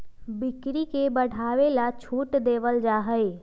बिक्री के बढ़ावे ला छूट देवल जाहई